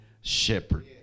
shepherd